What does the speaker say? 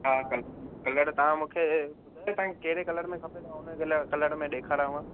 हा colour colour तव्हां मूंखे ॿुधायो तव्हांखे कहिड़े कलर में खपे त उन कलर में ॾेखारायाव